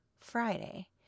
Friday